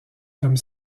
comme